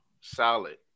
solid